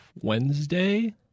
Wednesday